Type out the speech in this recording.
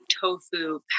tofu